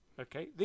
okay